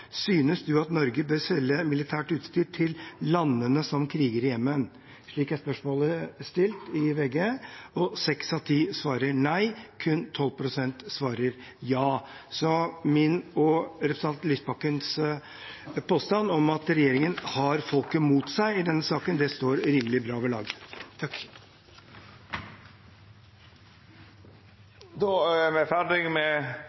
du at Norge bør selge militært utstyr til landene som kriger i Jemen?» Slik er spørsmålet stilt i VG. Seks av ti svarer nei, kun 12 pst. svarer ja, så min og representanten Lysbakkens påstand om at regjeringen har folket mot seg i denne saken, står rimelig bra ved lag.